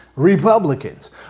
Republicans